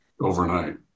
overnight